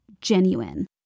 Genuine